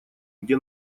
где